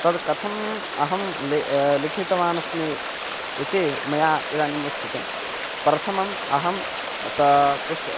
तद् कथम् अहं लि लिखितवानस्मि इति मया इदानीम् उच्यते प्रथमं अहं तद् पुस्तकं